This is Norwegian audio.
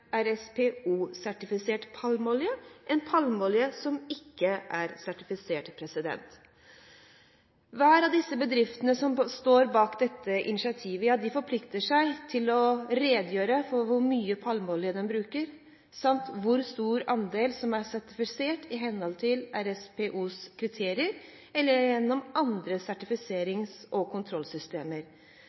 kjøpe RSPO-sertifisert palmeolje enn palmeolje som ikke er sertifisert. Hver av bedriftene som står bak dette initiativet, forplikter seg til å redegjøre for hvor mye palmeolje de bruker samt hvor stor andel som er sertifisert i henhold til RSPOs kriterier eller gjennom andre sertifiserings- og kontrollsystemer.